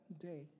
day